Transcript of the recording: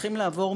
צריכים לעבור,